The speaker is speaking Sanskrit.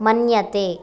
मन्यते